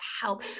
help